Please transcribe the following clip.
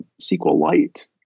SQLite